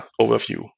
overview